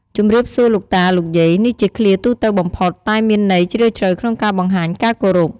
ជំរាបសួរលោកតា លោកយាយ នេះជាឃ្លាទូទៅបំផុត តែមានន័យជ្រាលជ្រៅក្នុងការបង្ហាញការគោរព។